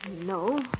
No